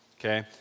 okay